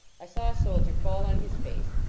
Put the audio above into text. i saw a soldier fall on his face,